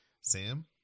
Sam